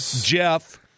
Jeff